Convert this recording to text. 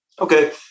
Okay